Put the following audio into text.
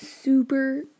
super